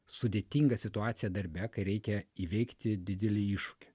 sudėtingą situaciją darbe kai reikia įveikti didelį iššūkį